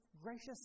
gracious